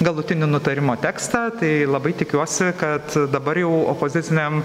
galutinį nutarimo tekstą tai labai tikiuosi kad dabar jau opozicinėm